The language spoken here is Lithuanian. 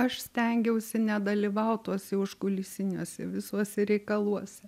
aš stengiausi nedalyvaut tuose užkulisiniuose visuose reikaluose